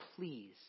please